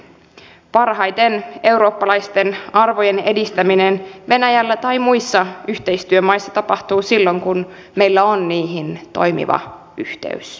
parhaiten eurooppalaisten arvojen edistäminen venäjällä tai muissa yhteistyömaissa tapahtuu silloin kun meillä on niihin toimiva yhteys